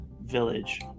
village